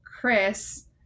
chris